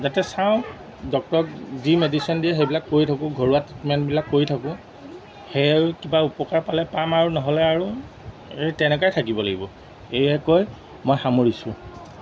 যাতে চাওঁ ডক্টৰক যি মেডিচিন দিয়ে সেইবিলাক কৰি থাকোঁ ঘৰুৱা ট্ৰিটমেণ্টবিলাক কৰি থাকোঁ সেয়ে কিবা উপকাৰ পালে পাম আৰু নহ'লে আৰু তেনেকাই থাকিব লাগিব এই কৈ মই সামৰিছোঁ